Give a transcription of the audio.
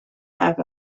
have